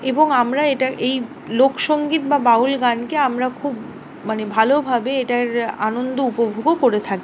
এবং আমরা এটা এই লোকসঙ্গীত বা বাউল গানকে আমরা খুব মানে ভালো ভাবে এটার আনন্দ উপভোগও করে থাকি